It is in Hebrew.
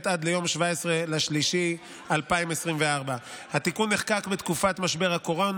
עד ל-17 במרץ 2024. התיקון נחקק בתקופת משבר הקורונה.